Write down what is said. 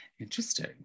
Interesting